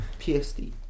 PSD